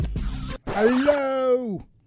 Hello